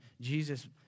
Jesus